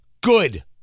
good